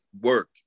work